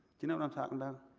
you know what i'm talking about,